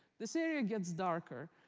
this area gets darker.